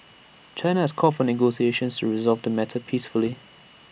China has called for negotiations to resolve the matter peacefully